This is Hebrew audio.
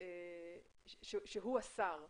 הוא השר,